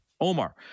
Omar